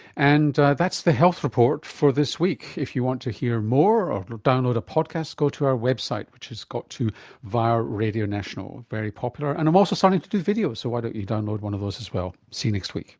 and that's the health report for this week. if you want to hear more or download a podcast, go to our website, which is got to via radio national, very popular, and i'm also starting to do video, so why don't you download one of those as well. see you next week